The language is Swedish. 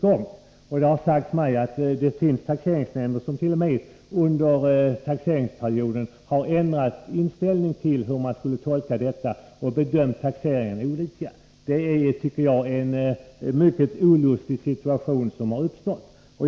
Det har sagts mig att det också finns taxeringsnämnder som t.o.m. under taxeringsperioden har ändrat inställning till hur man skulle tolka detta begrepp och bedömt taxeringen olika. Det är, anser jag, en mycket olustig situation som har uppstått.